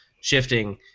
shifting